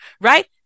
right